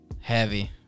heavy